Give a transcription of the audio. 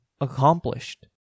accomplished